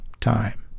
time